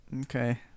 Okay